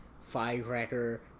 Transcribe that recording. firecracker